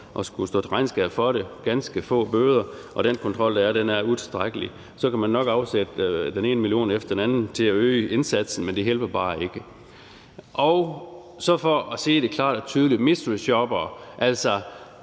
og skal stå til regnskab for det – ganske få bøder – og den kontrol, der er, er utilstrækkelig. Så kan man nok afsætte den ene million efter den anden til at øge indsatsen, men det hjælper bare ikke. Så for at sige det klart og tydeligt, er mysteryshoppere – altså